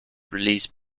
released